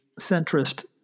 centrist